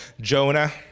Jonah